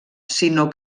sinó